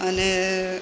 અને